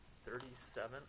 Thirty-seven